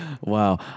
Wow